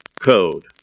code